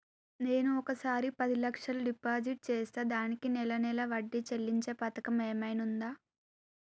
నేను ఒకేసారి పది లక్షలు డిపాజిట్ చేస్తా దీనికి నెల నెల వడ్డీ చెల్లించే పథకం ఏమైనుందా?